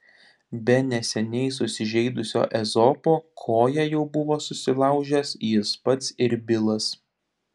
be neseniai susižeidusio ezopo koją jau buvo susilaužęs jis pats ir bilas